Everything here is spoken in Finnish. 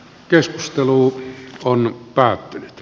keskustelu on päättynyt